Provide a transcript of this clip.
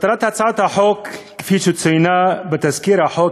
מטרת הצעת החוק כפי שצוינה בתזכיר החוק